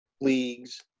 leagues